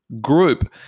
group